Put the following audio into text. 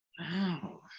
Wow